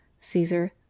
Caesar